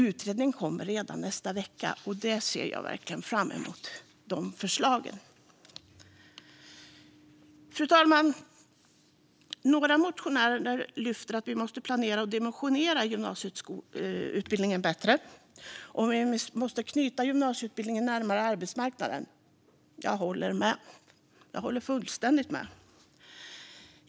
Utredningen ska läggas fram redan nästa vecka, och jag ser verkligen fram mot att få se förslagen. Fru talman! Några motionärer lyfter fram att vi måste planera och dimensionera gymnasieutbildningen bättre och att vi måste knyta gymnasieutbildningen närmare arbetsmarknaden. Jag håller fullständigt med.